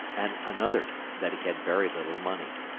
and another that he had very little money,